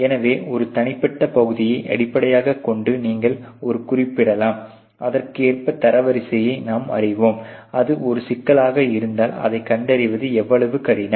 எனவே ஒரு தனிப்பட்ட பகுதியை அடிப்படையாகக் கொண்டு நீங்கள் ஒரு குறியிடலாம் அதற்கேற்ப தரவரிசையை நாம் அறிவோம் அது ஒரு சிக்கலாக இருந்தால் அதைக் கண்டறிவது எவ்வளவு கடினம்